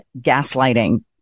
gaslighting